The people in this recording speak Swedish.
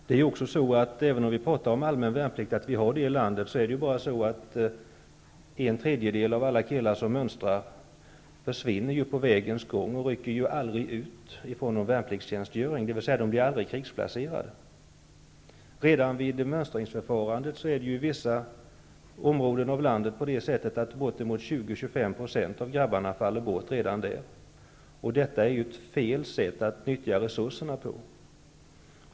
Även om vi talar om att vi har allmän värnplikt i landet försvinner en tredjedel av alla killar som mönstrar på vägen och rycker aldrig ut från någon värnpliktstjänstgöring, dvs. de blir aldrig krigsplacerade. I vissa områden av landet faller bortemot 20--25 % av grabbarna bort redan vid mönstringsförfarandet. Detta är fel sätt att nyttja resurserna.